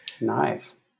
Nice